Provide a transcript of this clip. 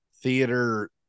theater